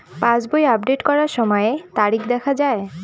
পাসবই update করার সময়ে তারিখ দেখা য়ায়?